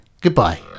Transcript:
goodbye